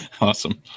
awesome